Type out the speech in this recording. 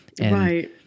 Right